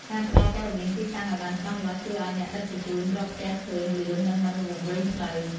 ការផ្តល់ព័ត៌មានទីតាំងឱ្យបានច្បាស់លាស់ជួយឱ្យអ្នកដឹកជញ្ជូនរកផ្ទះឃើញលឿននិងមិនវង្វេងផ្លូវ។